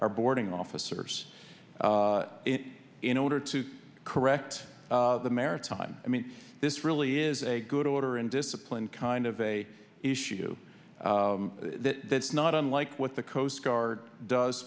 our boarding officers in order to correct the maritime i mean this really is a good order and discipline kind of a issue that's not unlike what the coast guard does